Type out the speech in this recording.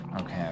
Okay